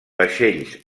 vaixells